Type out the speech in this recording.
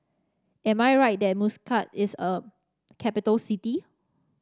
am I right that Muscat is a capital city